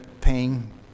paying